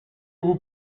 vous